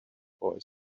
boy